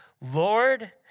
Lord